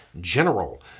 general